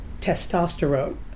testosterone